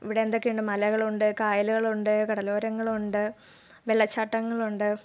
ഇവിടെ എന്തൊക്കെയുണ്ട് മലകളുണ്ട് കായലുകളുണ്ട് കടലോരങ്ങളുണ്ട് വെള്ളച്ചാട്ടങ്ങളുണ്ട്